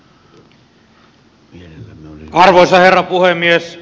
arvoisa herra puhemies